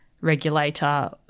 regulator